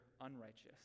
unrighteous